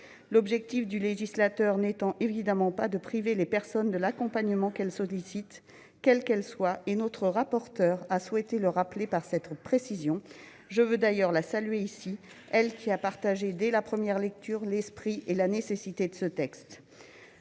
L'objectif du législateur n'est évidemment pas de priver les personnes de l'accompagnement qu'elles sollicitent. Notre rapporteure a souhaité le rappeler par cette précision. Je salue d'ailleurs son travail. Elle a compris dès la première lecture l'esprit et la nécessité de ce texte.